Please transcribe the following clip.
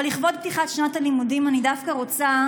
אבל לכבוד פתיחת שנת הלימודים אני דווקא רוצה